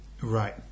Right